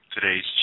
Today's